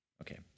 Okay